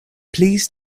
please